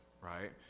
right